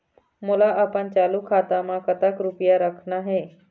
मोला अपन चालू खाता म कतक रूपया रखना हे?